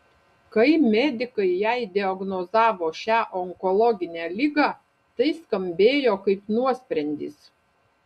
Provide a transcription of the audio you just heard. kai medikai jai diagnozavo šią onkologinę ligą tai skambėjo kaip nuosprendis